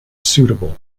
suitable